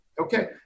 Okay